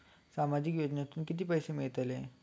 सामाजिक योजनेतून किती पैसे मिळतले?